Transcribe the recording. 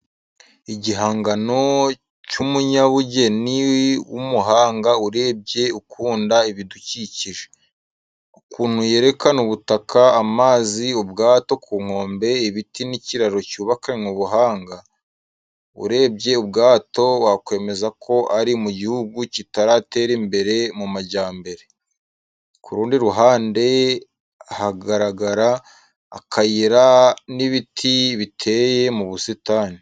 Igihangano cy'umunyabugeni w'umuhanga urebye ukunda ibidukikije. Ukuntu yerekana ubutaka, amazi, ubwato ku nkombe, ibiti n'ikiraro cyubakanwe ubuhanga. Urebye ubwato wakwemeza ko ari mu gihugu kitaratera imbere mu majyambere. Ku rundi ruhande haragaragara akayira n'ibiti biteye mu busitani.